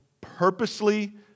purposely